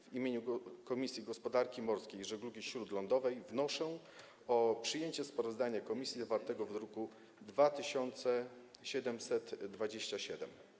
W imieniu Komisji Gospodarki Morskiej i Żeglugi Śródlądowej wnoszę o przyjęcie sprawozdania komisji zawartego w druku nr 2727.